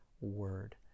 word